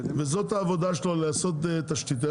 וזאת העבודה שלו לעשות תשתית,